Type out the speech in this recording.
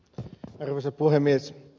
arvoisa puhemies